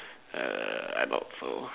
err I doubt so